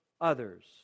others